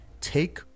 take